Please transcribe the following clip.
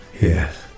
Yes